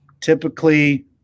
typically